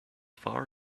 far